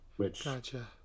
Gotcha